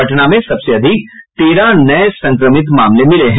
पटना में सबसे अधिक तेरह नये संक्रमित मामलें मिले हैं